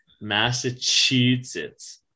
Massachusetts